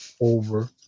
over